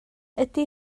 ydy